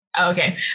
Okay